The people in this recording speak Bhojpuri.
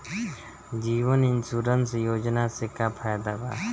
जीवन इन्शुरन्स योजना से का फायदा बा?